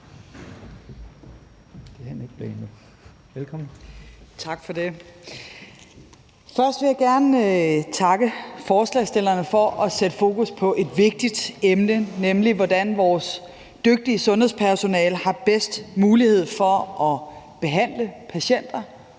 Tak for det. Først vil jeg gerne takke forslagsstillerne for at sætte fokus på et vigtigt emne, nemlig hvordan vores dygtige sundhedspersonale har bedst mulighed for at behandle patienter